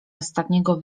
ostatniego